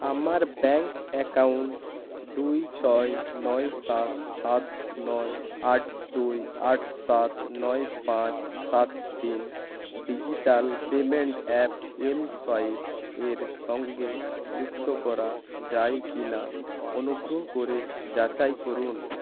আমার bank account দুই ছয় নয় সাত সাত নয় আট দুই আট সাত নয় পাঁচ সাত তিন ডিজিটাল পেমেন্ট অ্যাপ এমসোয়াইপ এর সঙ্গে যুক্ত করা যায় কি না অনুগ্রহ করে যাচাই করুন